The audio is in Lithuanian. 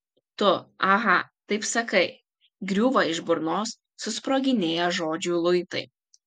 tu aha taip sakai griūva iš burnos susproginėję žodžių luitai